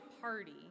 party